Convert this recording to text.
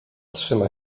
trzyma